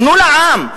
תנו לעם.